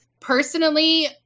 Personally